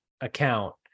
account